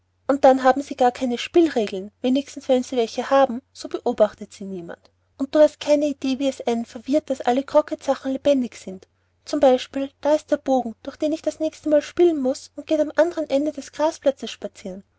und dann haben sie gar keine spielregeln wenigstens wenn sie welche haben so beobachtet sie niemand und du hast keine idee wie es einen verwirrt daß alle croquet sachen lebendig sind zum beispiel da ist der bogen durch den ich das nächste mal spielen muß und geht am andern ende des grasplatzes spazieren